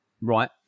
Right